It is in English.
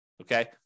Okay